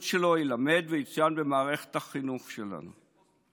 שלו יילמדו ויצוינו במערכת החינוך שלנו.